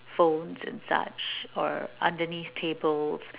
phones and such or underneath tables